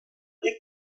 ilk